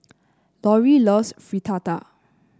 Lorie loves Fritada